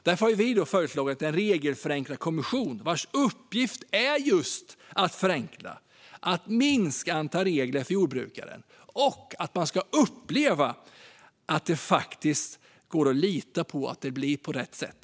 Därför har vi föreslagit en regelförenklarkommission, vars uppgift ska vara just att förenkla och minska antalet regler för jordbrukaren. Man ska uppleva att det faktiskt går att lita på att det blir på rätt sätt.